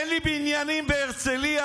אין לי בניינים בהרצליה,